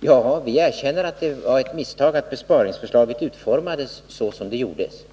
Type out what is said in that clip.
Ja, vi erkänner att det var ett misstag att besparingsförslaget utformades så som det gjordes.